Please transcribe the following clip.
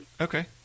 Okay